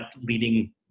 leading